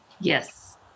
Yes